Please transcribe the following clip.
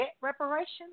Reparations